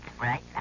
right